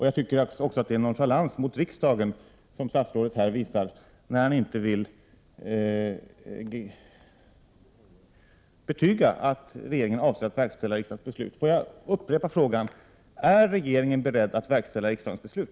Jag tycker också att statsrådet visar nonchalans mot riksdagen när han inte ville betyga att regeringen avser att verkställa riksdagens beslut. Får jag upprepa frågan: Är regeringen beredd att verkställa riksdagens beslut?